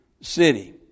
city